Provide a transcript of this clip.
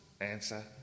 answer